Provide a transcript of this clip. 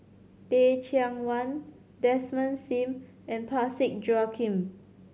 Teh Cheang Wan Desmond Sim and Parsick Joaquim